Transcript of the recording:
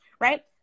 right